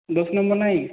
ଦଶ ନମ୍ବର ନାହିଁ